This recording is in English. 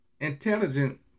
Intelligent